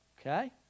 Okay